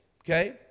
okay